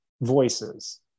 voices